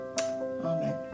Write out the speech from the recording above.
Amen